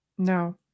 no